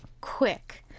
quick